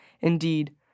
Indeed